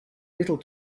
little